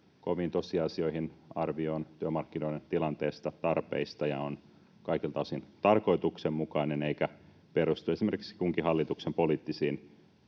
koviin tosiasioihin, arvioon työmarkkinoiden tilanteesta ja tarpeista, ja on kaikilta osin tarkoituksenmukainen eikä perustu esimerkiksi kunkin hallituksen poliittisiin